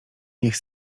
niech